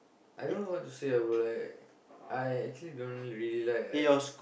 I don't know what to say ah bro like I actually don't really like like